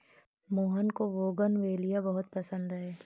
मोहन को बोगनवेलिया बहुत पसंद है